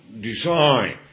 design